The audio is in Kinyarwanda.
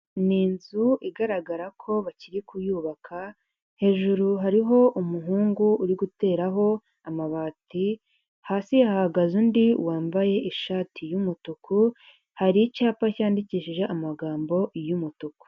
Ni inzu igaragara ko bakiri kuyubaka hejuru hariho umuhungu uri guteraho amabati ,hasi hahagaze undi wambaye ishati y'umutuku hari icyapa cyandikishije amagambo y'umutuku.